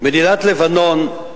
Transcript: מדינת לבנון,